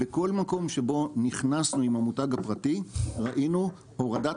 בכל מקום שבו נכנסנו עם המותג הפרטי ראינו הורדת